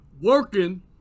working